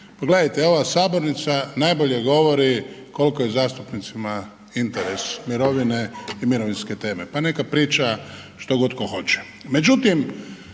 pogledajte, ova sabornica najbolje govori koliko je zastupnicima interes mirovine i mirovinske teme, pa neka priča što god tko hoće.